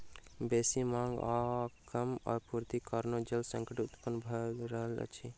बेसी मांग आ कम आपूर्तिक कारणेँ जल संकट उत्पन्न भ रहल अछि